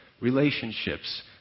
relationships